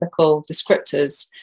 descriptors